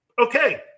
Okay